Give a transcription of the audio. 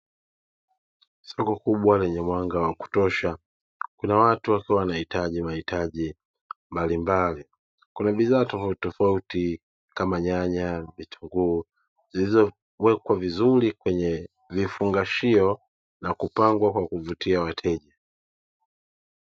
Soko kubwa lenye mwanga wa kutosha kuna watu wakiwa wanahitaji mahitaji mbalimbali, kuna bidhaa tofautitofauti kama nyanya, vitunguu zilizowekwa vizuri kwenye vifungashio na kupangwa kwa kuvutia wateja.